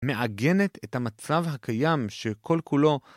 מעגנת את המצב הקיים שכל כולו